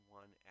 one